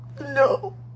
No